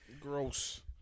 Gross